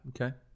okay